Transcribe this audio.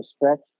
respect